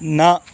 न